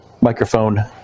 microphone